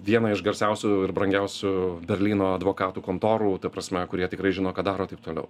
vieną iš garsiausių ir brangiausių berlyno advokatų kontorų ta prasme kurie tikrai žino ką daro taip toliau